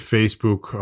Facebook